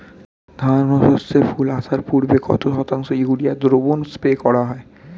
ধান ও সর্ষে ফুল আসার পূর্বে কত শতাংশ ইউরিয়া দ্রবণ স্প্রে করা হয়?